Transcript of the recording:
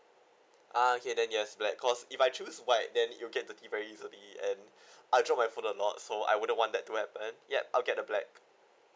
ah okay then yes black because if I choose white then it will get dirty very easily and I drop my phone a lot so I wouldn't want that to happen yup I'll get the black